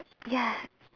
ya